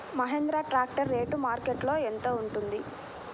Mahindra tractor rate మార్కెట్లో యెంత ఉంటుంది?